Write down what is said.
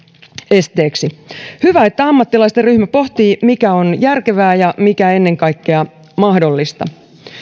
esteeksi hyvä että ammattilaisten ryhmä pohtii mikä on järkevää ja mikä ennen kaikkea mahdollista